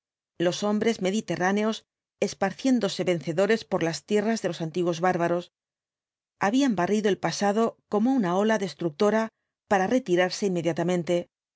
los hombres mediterráneos esparciéndose vencedores por las tierras de los antiguos bárbaros habían barrido el los cuatro jinetes dhi apocalipsis pasado como una ola destructora para retirarse inmediatamente